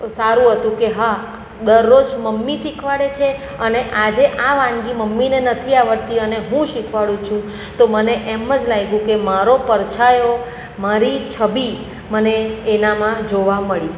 સારું હતું કે હા દરરોજ મમ્મી શીખવાડે છે અને આજે આ વાનગી મમ્મીને નથી આવડતી અને હું શીખવાડું છું તો મને એમ જ લાગ્યું કે મારો પડછાયો મારી છબી મને એનામાં જોવા મળી